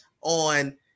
on